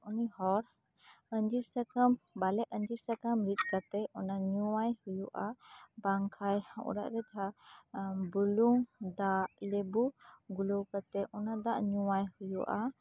ᱩᱱᱤ ᱦᱚᱲ ᱟᱸᱡᱤᱨ ᱥᱟᱠᱟᱢ ᱵᱟᱞᱮ ᱟᱸᱡᱤᱨ ᱥᱟᱠᱟᱢ ᱨᱤᱫ ᱠᱟᱛᱮᱜ ᱚᱱᱟ ᱧᱩᱣᱟᱭ ᱦᱩᱭᱩᱜᱼᱟ ᱵᱟᱝᱠᱷᱟᱡ ᱚᱲᱟᱜ ᱨᱮ ᱡᱟᱦᱟᱸ ᱵᱩᱞᱩᱝ ᱫᱟᱜ ᱞᱮᱵᱩ ᱜᱩᱞᱟᱹᱣ ᱠᱟᱛᱮᱜ ᱚᱱᱟ ᱫᱟᱜ ᱧᱩᱣᱟᱭ ᱦᱩᱭᱩᱜᱼᱟ